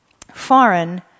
Foreign